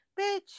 bitch